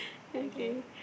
okay